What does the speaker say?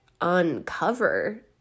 uncover